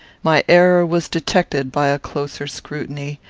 my error was detected by a closer scrutiny,